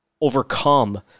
overcome